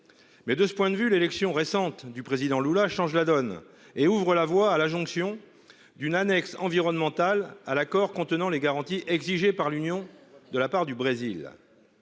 Mais de ce point de vue l'élection récente du président Lula change la donne et ouvrent la voie à la jonction d'une annexe environnementale à l'accord contenant les garanties exigées par l'Union de la part du Brésil.--